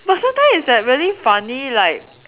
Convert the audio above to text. but sometimes is like really funny like